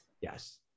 Yes